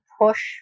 push